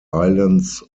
islands